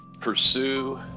pursue